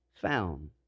found